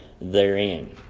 therein